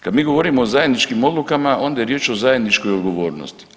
Kad mi govorimo o zajedničkim odlukama onda je riječ o zajedničkoj odgovornosti.